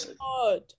God